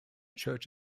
church